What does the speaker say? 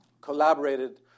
collaborated